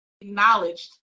acknowledged